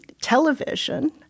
television